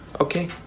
Okay